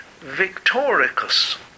Victoricus